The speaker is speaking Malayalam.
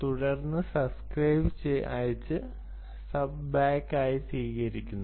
തുടർന്ന് സബ്സ്ക്രൈബ് അയച്ച് സബ് ബാക്ക് ആയി സ്വീകരിച്ചു